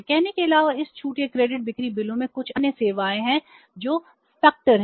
कहने के अलावा इस छूट या क्रेडिट बिक्री बिलों में कुछ अन्य सेवाएं हैं जो फैक्टर हैं